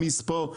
המספוא,